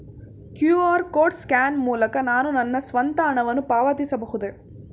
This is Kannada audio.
ಕ್ಯೂ.ಆರ್ ಕೋಡ್ ಸ್ಕ್ಯಾನ್ ಮೂಲಕ ನಾನು ನನ್ನ ಸ್ವಂತ ಹಣವನ್ನು ಪಾವತಿಸಬಹುದೇ?